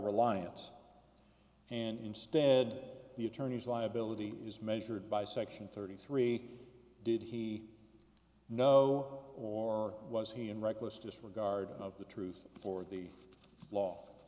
reliance and instead the attorney's liability is measured by section thirty three did he know or was he in reckless disregard of the truth or the la